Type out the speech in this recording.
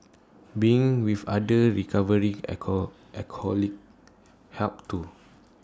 being with other recovering alcohol alcoholics helped too